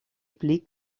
pli